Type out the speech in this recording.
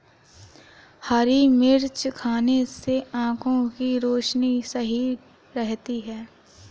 हरी मिर्च खाने से आँखों की रोशनी सही रहती है